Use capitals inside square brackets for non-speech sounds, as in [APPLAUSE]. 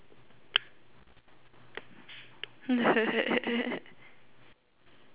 [LAUGHS]